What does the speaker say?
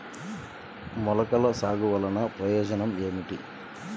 మొలకల సాగు వలన ప్రయోజనం ఏమిటీ?